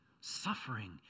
suffering